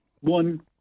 One